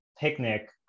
picnic